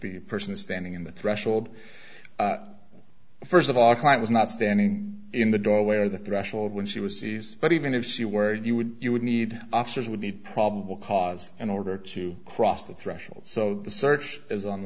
the person is standing in the threshold first of all client was not standing in the doorway or the threshold when she was seized but even if she were you would you would need officers would need probable cause in order to cross the threshold so the search is on